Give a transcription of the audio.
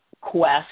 quest